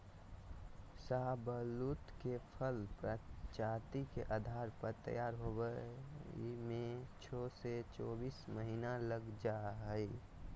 शाहबलूत के फल प्रजाति के आधार पर तैयार होवे में छो से चोबीस महीना लग जा हई